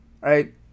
right